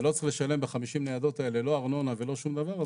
ולא צריך לשלם ב-50 ניידות האלה לא ארנונה ולא שום דבר,